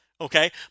Okay